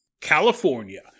California